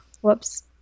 Whoops